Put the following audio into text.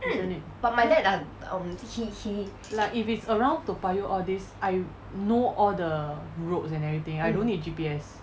like if it's around toa payoh all these I know all the roads and everything I don't need G_P_S